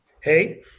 Hey